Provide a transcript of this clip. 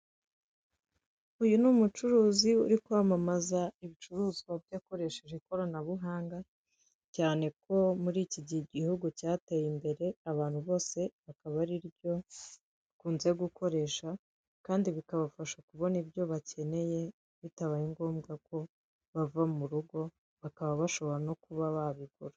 Uyu ni umucuruzi uri kwamamaza ibicuruzwa bye akoresheje ikoranabuhanga cyane ko muri iki gihugu cyateye imbere abantu bose bakaba ariryo bakunze gukoresha kandi bikabafasha kubona ibyo bakeneye bitabaye ngombwa ko bava mu rugo bakaba bashobora no kuba babigura.